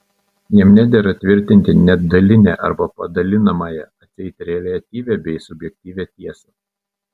jam nedera tvirtinti net dalinę arba padalinamąją atseit reliatyvią bei subjektyvią tiesą